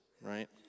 Right